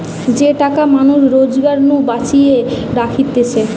যে টাকা মানুষ রোজগার নু বাঁচিয়ে রাখতিছে